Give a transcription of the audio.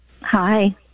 Hi